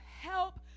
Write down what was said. help